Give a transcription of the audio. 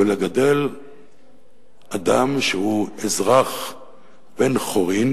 לגדל אדם שהוא אזרח בן-חורין